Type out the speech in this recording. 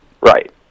Right